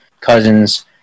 cousins